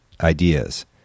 ideas